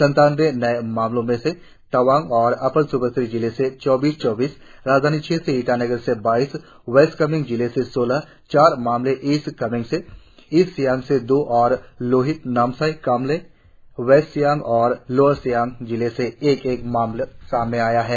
संतानवे नए मामलो में से तवांग और अपर स्बनसिरि जिले से चौबीस चौबीस राजधानी क्षेत्र ईटानगर से बाइस वेस्ट कामेंग जिले से सौलह चार मामले ईस्ट कामेंग से ईस्ट सियांग से दो और लोहित नामसाई कामले वेस्ट सियांग और लोवर सियांग जिले से एक एक मामले सामने आए है